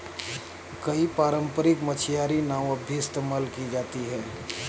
कई पारम्परिक मछियारी नाव अब भी इस्तेमाल की जाती है